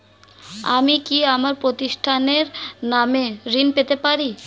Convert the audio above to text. আমি কি আমার প্রতিষ্ঠানের নামে ঋণ পেতে পারি?